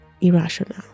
irrational